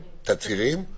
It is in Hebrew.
תצהירים,